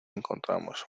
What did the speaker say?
encontramos